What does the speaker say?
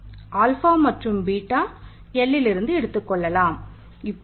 K உள்ளது